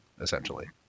essentially